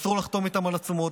אסור לחתום איתם על עצומות,